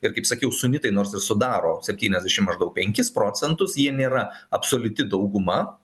ir kaip sakiau sunitai nors ir sudaro septyniasdešim maždaug penkis procentus jie nėra absoliuti dauguma